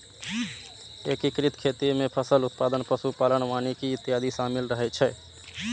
एकीकृत खेती मे फसल उत्पादन, पशु पालन, वानिकी इत्यादि शामिल रहै छै